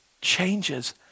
changes